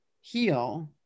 heal